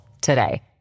today